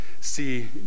See